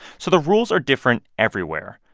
so the rules are different everywhere.